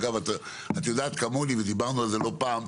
אגב, את יודעת כמוני, ודיברנו על זה לא פעם,